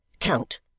count.